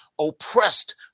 oppressed